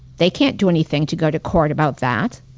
they can't do anything to go to court about that.